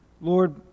Lord